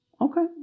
Okay